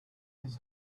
his